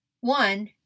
One